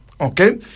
Okay